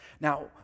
Now